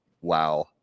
wow